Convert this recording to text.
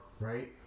right